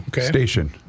station